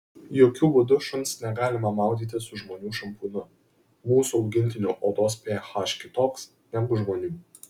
jokiu būdu šuns negalima maudyti su žmonių šampūnu mūsų augintinių odos ph kitoks negu žmonių